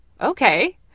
okay